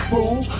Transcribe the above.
Fool